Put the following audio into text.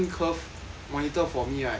monitor for me right